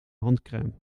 handcrème